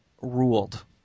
ruled